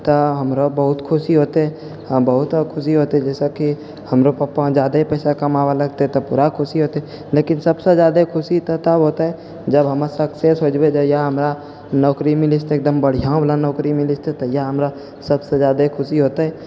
तऽ हमरो बहुत खुशी होतै बहुत खुशी होतै जइसेकि हमरो पप्पा ज्यादे पइसा कमाबै लगतै तऽ पूरा खुशी होतै लेकिन सबसँ ज्यादे खुशी तऽ तब होतै जब हम सक्सेस हो जेबै जहिआ हमरा नौकरी मिलि जेतै एकदम बढ़िआँवला नौकरी मिलि जेतै तहिआ हमरा सबसँ ज्यादे खुशी होतै